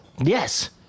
Yes